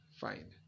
Fine